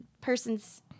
person's